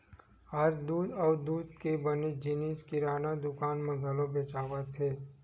आज दूद अउ दूद के बने जिनिस किराना दुकान म घलो बेचावत हे